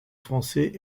français